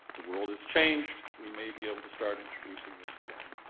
the world has changed. we may be able to start introducing this again.